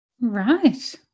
Right